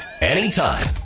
anytime